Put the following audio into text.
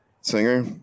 singer